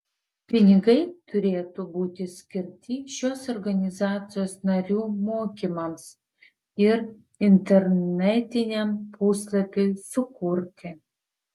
pinigai turėtų būti skirti šios organizacijos narių mokymams ir internetiniam puslapiui sukurti